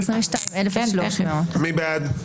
22,301 עד 22,320. מי בעד?